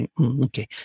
Okay